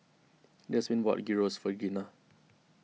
Jasmin bought Gyros for Gina